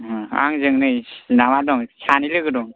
आंजों नै माबा दं सानै लोगो दं